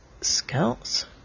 scouts